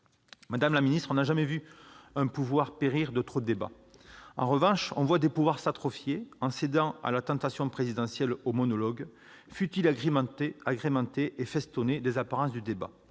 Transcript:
Madame la garde des sceaux, on n'a jamais vu un pouvoir périr de trop de débats. En revanche, on voit des pouvoirs s'atrophier en cédant à la tentation présidentielle du monologue, fût-il agrémenté et festonné des apparences du débat.